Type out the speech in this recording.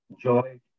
joy